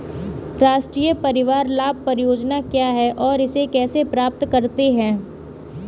राष्ट्रीय परिवार लाभ परियोजना क्या है और इसे कैसे प्राप्त करते हैं?